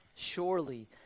Surely